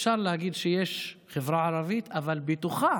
אפשר להגיד שיש חברה ערבית אבל בתוכה